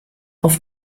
auf